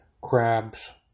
crabs